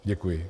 Děkuji.